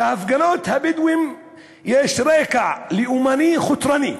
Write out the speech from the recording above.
"להפגנות הבדואים יש רקע לאומני חתרני",